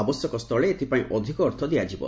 ଆବଶ୍ୟକସ୍ଥଳେ ଏଥିପାଇଁ ଅଧିକ ଅର୍ଥ ଦିଆଯିବ